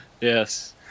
yes